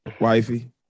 wifey